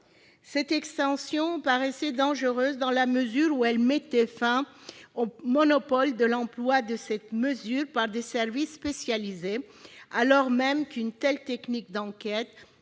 Cette extension paraissait dangereuse en ce sens qu'elle mettait fin au monopole de l'emploi de cette disposition par des services spécialisés, alors même qu'une telle technique d'enquête,